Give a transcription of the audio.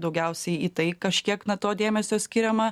daugiausiai į tai kažkiek na to dėmesio skiriama